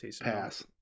Pass